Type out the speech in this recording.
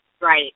Right